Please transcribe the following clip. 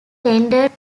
tendered